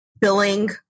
billing